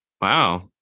wow